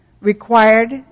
required